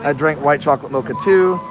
ah drink whites chocolate mocha too!